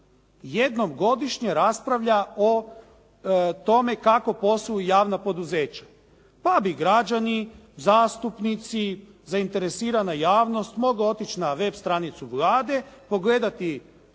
jednom godišnje raspravlja o tome kako posluju javna poduzeća, pa bi građani, zastupnici, zainteresirana javnost mogla otići na web stranicu Vlade, pogledati